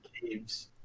caves